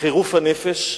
חירוף הנפש,